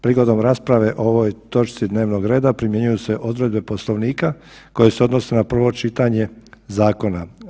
Prigodom rasprave o ovoj točci dnevnog reda primjenjuju se odredbe Poslovnika koje se odnose na prvo čitanje zakona.